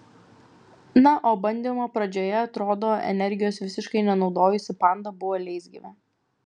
na o bandymo pradžioje atrodo energijos visiškai nenaudojusi panda buvo leisgyvė